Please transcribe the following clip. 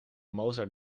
mozart